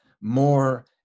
more